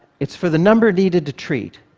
it's for the number needed to treat.